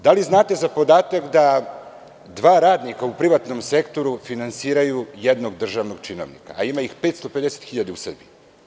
Da li znate za podatak da dva radnika u privatnom sektoru finansiraju jednog državnog činovnika, a ima ih 550.000 u Srbiji?